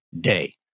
day